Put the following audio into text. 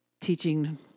teaching